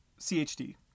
CHD